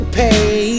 pay